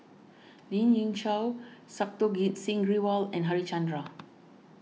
Lien Ying Chow Santokh Singh Grewal and Harichandra